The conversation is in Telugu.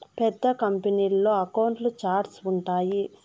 పెద్ద కంపెనీల్లో అకౌంట్ల ఛార్ట్స్ ఉంటాయి